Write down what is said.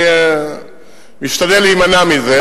אני משתדל להימנע מזה,